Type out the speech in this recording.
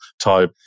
type